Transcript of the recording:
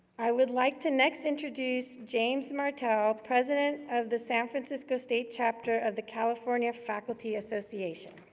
i would like to next introduce james martel, president of the san francisco state chapter of the california faculty association.